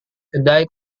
kedai